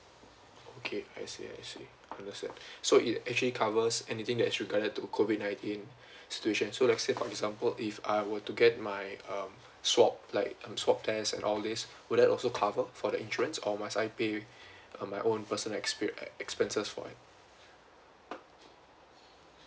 okay I see I see understand so it actually covers anything that is regarded to COVID nineteen situation so let's say for example if I were to get my um swab like um swab test and all these would that also cover for the insurance or must I pay um my own personal ex~ ex~ ex~ expenses for it